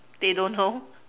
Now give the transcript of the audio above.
they don't know